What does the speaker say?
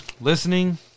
Listening